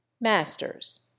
Masters